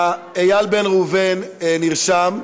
איל בן ראובן נרשם.